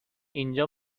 اینجا